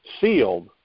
sealed